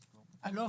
אז לא,